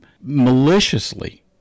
maliciously